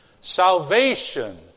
Salvation